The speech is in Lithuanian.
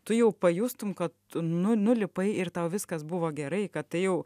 tu jau pajustum kad nu nulipai ir tau viskas buvo gerai kad tai jau